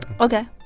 Okay